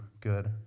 good